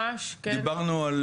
דיברנו על